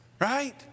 right